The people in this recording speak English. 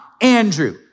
Andrew